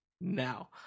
now